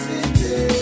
City